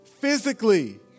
physically